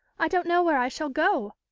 i don't know where i shall go.